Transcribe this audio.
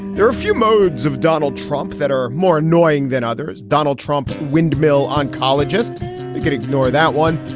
there are a few modes of donald trump that are more annoying than others. donald trump windmill oncologist could ignore that one.